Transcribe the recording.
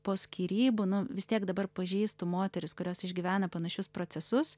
po skyrybų nu vis tiek dabar pažįstu moteris kurios išgyvena panašius procesus